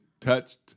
touched